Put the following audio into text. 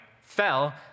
fell